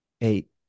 eight